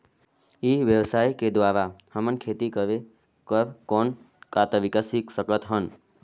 ई व्यवसाय के द्वारा हमन खेती करे कर कौन का तरीका सीख सकत हन?